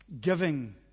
giving